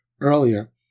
earlier